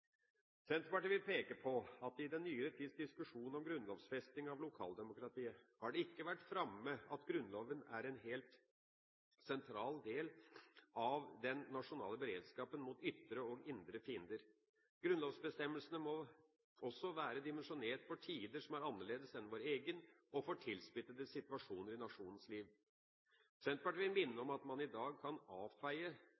Senterpartiet vil peke på at i den nyere tids diskusjon om grunnlovfesting av lokaldemokratiet har det ikke vært framme at Grunnloven er en helt sentral del av den nasjonale beredskapen mot ytre og indre fiender. Grunnlovsbestemmelsene må også være dimensjonert for tider som er annerledes enn vår egen, og for tilspissede situasjoner i nasjonens liv. Senterpartiet vil minne